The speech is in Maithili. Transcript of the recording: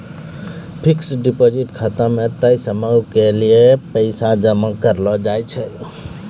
फिक्स्ड डिपॉजिट खाता मे तय समयो के लेली पैसा जमा करलो जाय छै